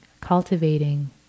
cultivating